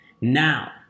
Now